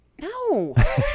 No